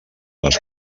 les